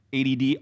ADD